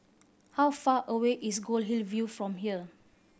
how far away is Goldhill View from here